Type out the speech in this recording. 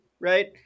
right